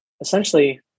essentially